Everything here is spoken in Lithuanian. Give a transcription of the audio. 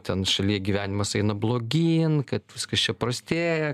ten šalyje gyvenimas eina blogyn kad viskas čia prastėja